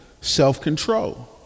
Self-control